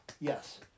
Yes